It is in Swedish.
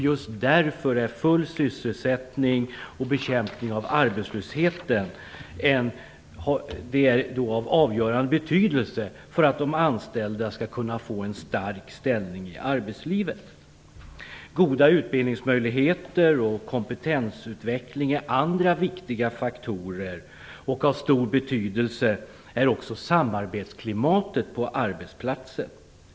Just därför är full sysselsättning och bekämpning av arbetslösheten av avgörande betydelse för att de anställda skall kunna få en stark ställning i arbetslivet. Goda utbildningsmöjligheter och kompetensutveckling är andra viktiga faktorer. Av stor betydelse är också samarbetsklimatet på arbetsplatsen.